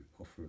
offer